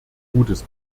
gutes